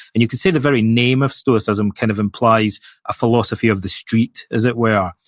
and you can see the very name of stoicism kind of implies a philosophy of the street, as it were.